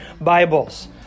Bibles